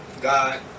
God